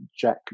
Jack